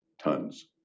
tons